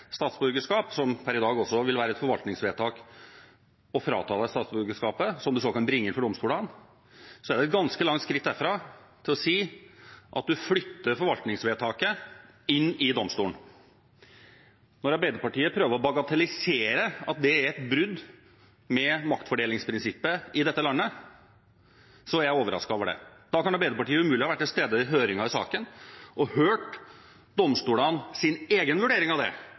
statsborgerskap – per i dag er det også et forvaltningsvedtak som kan frata en et statsborgerskap, som så kan bringes inn for domstolen – flyttes inn i domstolen, er et ganske langt skritt å gå. Når Arbeiderpartiet prøver å bagatellisere at det er et brudd med maktfordelingsprinsippet i dette landet, er jeg overrasket over det. Da kan Arbeiderpartiet umulig ha vært til stede under høringen i saken og hørt domstolenes egen vurdering av det